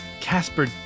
Casper